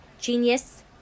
genius